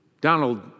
Donald